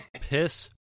piss